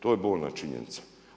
To je bolna činjenica.